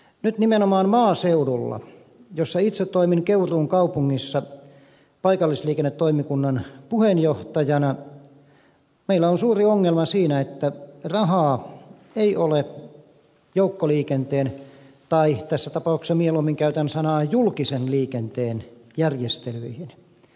nyt nimenomaan maaseudulla missä itse toimin keuruun kaupungissa paikallisliikennetoimikunnan puheenjohtajana meillä on suuri ongelma siinä että rahaa ei ole joukkoliikenteen tai tässä tapauksessa mieluummin käytän ilmaisua julkisen liikenteen järjestelyihin